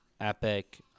epic